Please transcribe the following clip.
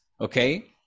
okay